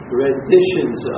renditions